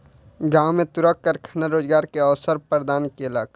गाम में तूरक कारखाना रोजगार के अवसर प्रदान केलक